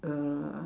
uh